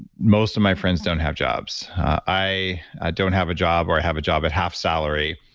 most of my friends don't have jobs. i don't have a job or i have a job at half salary.